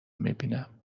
میبینم